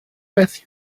beth